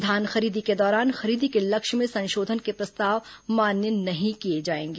धान खरीदी के दौरान खरीदी के लक्ष्य में संशोधन के प्रस्ताव मान्य नहीं किए जाएंगे